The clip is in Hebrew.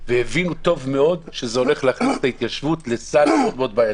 והבינו טוב מאוד שזה הולך להכניס את ההתיישבות לסד מאוד בעייתי.